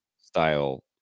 style